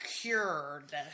cured